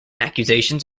accusations